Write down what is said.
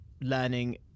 learning